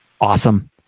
awesome